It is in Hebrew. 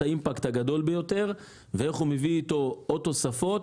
האימפקט הגדול ביותר ואיך הוא מביא איתו עוד תוספות.